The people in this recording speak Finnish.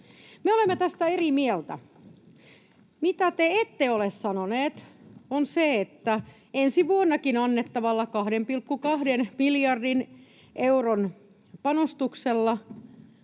olemme tästä eri mieltä. Se, mitä te ette ole sanonut, on se, että ensi vuonnakin annettavalla 2,2 miljardin euron panostuksella